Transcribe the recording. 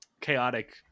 chaotic